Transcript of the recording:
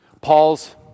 Paul's